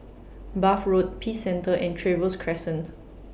Bath Road Peace Centre and Trevose Crescent